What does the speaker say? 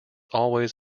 always